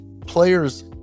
players